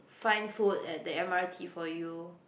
find food at the M_R_T for you